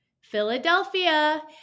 Philadelphia